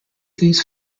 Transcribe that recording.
these